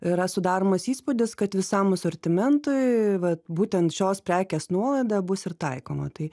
yra sudaromas įspūdis kad visam asortimentui vat būtent šios prekės nuolaida bus ir taikoma tai